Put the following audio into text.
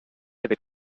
avec